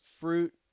fruit